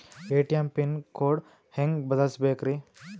ATM pin code ಹೆಂಗ್ ಬದಲ್ಸ್ಬೇಕ್ರಿ?